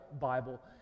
Bible